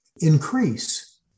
increase